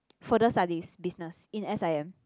further studies business in S_I_M